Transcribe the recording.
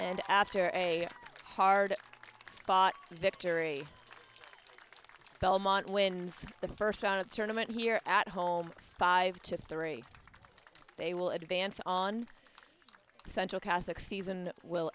and after a hard fought victory belmont win the first round of tournament here at home five to three they will advance on central catholic season will